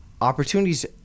opportunities